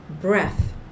breath